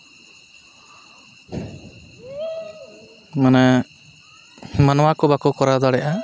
ᱢᱟᱱᱮ ᱢᱟᱱᱣᱟ ᱠᱚ ᱵᱟᱠᱚ ᱠᱚᱨᱟᱣ ᱫᱟᱲᱮᱭᱟᱜᱼᱟ